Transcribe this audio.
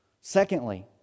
Secondly